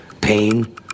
Pain